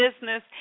business